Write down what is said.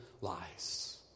lies